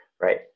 right